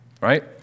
right